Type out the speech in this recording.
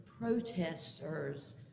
Protesters